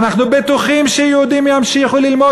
ואנחנו בטוחים שיהודים ימשיכו ללמוד